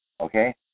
okay